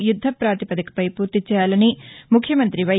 యుద్దప్రాతిపదికపై పూర్తి చేయాలని ముఖ్యమంతి వై